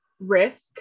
risk